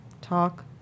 talk